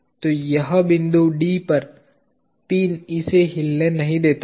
तो यह बिंदु D पर पिन इसे हिलने नहीं देता है